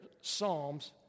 psalms